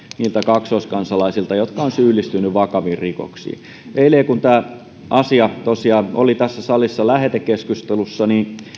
niiltä kaksoiskansalaisilta jotka ovat syyllistyneet vakaviin rikoksiin eilen kun tämä asia tosiaan oli tässä salissa lähetekeskustelussa